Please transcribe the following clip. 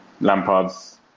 Lampard's